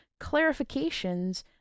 clarifications